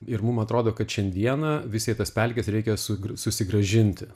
ir mum atrodo kad šiandieną vis tiek tas pelkes reikia su susigrąžinti